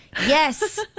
yes